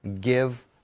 give